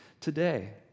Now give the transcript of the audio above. today